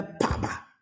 Papa